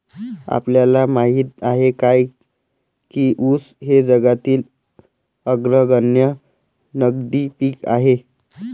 आपल्याला माहित आहे काय की ऊस हे जगातील अग्रगण्य नगदी पीक आहे?